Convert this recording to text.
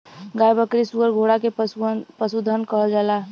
गाय बकरी सूअर घोड़ा के पसुधन कहल जाला